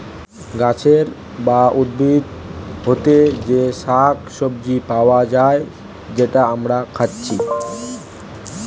গাছের বা উদ্ভিদ হোতে যে শাক সবজি পায়া যায় যেটা আমরা খাচ্ছি